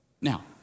Now